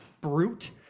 brute –